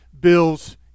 Bill's